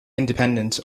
independent